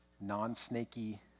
non-snaky